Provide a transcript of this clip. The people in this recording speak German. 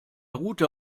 route